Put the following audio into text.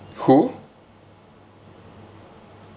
who